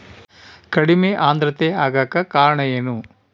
ಕಡಿಮೆ ಆಂದ್ರತೆ ಆಗಕ ಕಾರಣ ಏನು?